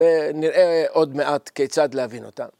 ‫ונראה עוד מעט כיצד להבין אותם.